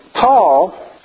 Paul